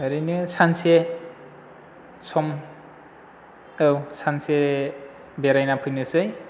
ओरैनो सानसे सम औ सानसे बेरायना फैनोसै